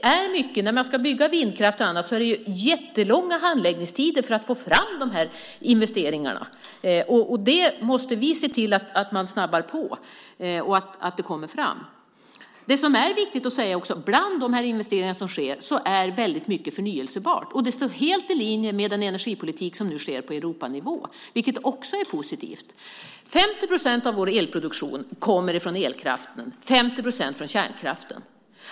När man ska bygga vindkraftverk och annat är det jättelånga handläggningstider för att få fram investeringarna. Vi måste se till att man snabbar på detta och att det kommer fram fortare. Det är viktigt att framhålla att mycket rör förnybart bland de investeringar som sker. Det är helt i linje med den energipolitik som nu förs på Europanivå. Det är också positivt. 50 procent av vår elproduktion kommer från vattenkraften och 50 procent från kärnkraften.